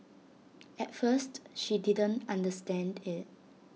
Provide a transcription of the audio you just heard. at first she didn't understand IT